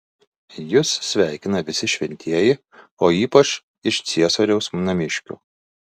jus sveikina visi šventieji o ypač iš ciesoriaus namiškių